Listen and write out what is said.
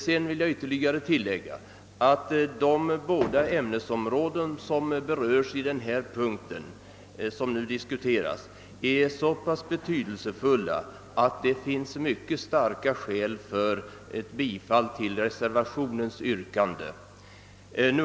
Jag vill tillägga att de båda ämnesområden som berörs i den punkt vi nu diskuterar är så betydelsefulla, att det finns mycket starka skäl för ett bifall till reservationens yrkande.